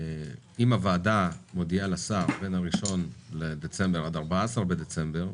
אם הוועדה מודיעה לשר בין 1 בדצמבר ובין 14 בדצמבר,